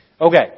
Okay